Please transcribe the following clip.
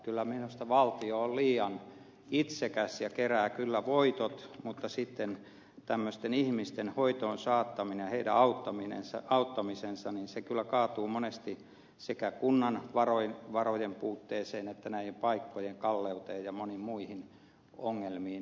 kyllä minusta valtio on liian itsekäs ja kerää kyllä voitot mutta sitten tämmöisten ihmisten hoitoon saattaminen ja heidän auttamisensa kyllä kaatuu monesti sekä kunnan varojen puutteeseen että näiden paikkojen kalleuteen ja moniin muihin ongelmiin